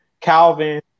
Calvin